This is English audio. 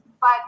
But-